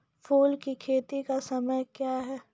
फुल की खेती का समय क्या हैं?